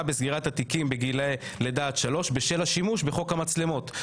בסגירת התיקים בגילאי לידה עד שלוש בשל השימוש בחוק המצלמות.